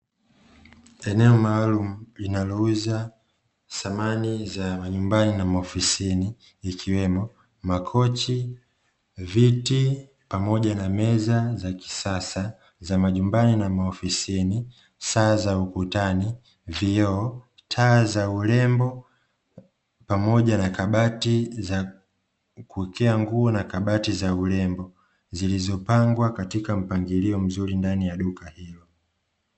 Eneo maalumu linalouza samani za majumbani na maofisini ikiwemo makochi, viti pamoja na meza za kisasa za majumbani na maofisini, saa za ukutani, vioo, taa za urembo pamoja na kabati za kuwekea nguo na kabati za urembo zilizopangwa katika mpangilio mzuri ndani ya duka hilo.